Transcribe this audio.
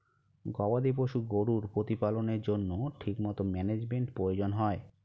গবাদি পশু গরুর প্রতিপালনের জন্য ঠিকমতো ম্যানেজমেন্টের প্রয়োজন হয়